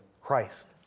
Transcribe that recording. Christ